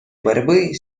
борьбы